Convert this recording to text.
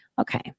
Okay